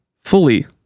fully